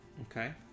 Okay